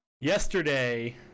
Yesterday